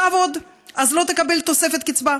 תעבוד, אז לא תקבל תוספת קצבה.